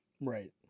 Right